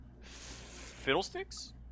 Fiddlesticks